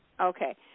Okay